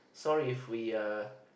sorry we uh